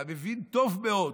אתה מבין טוב מאוד